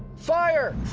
fire!